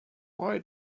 why